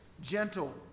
gentle